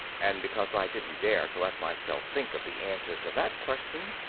and because i didn't dare to let myself think of the answer to that question,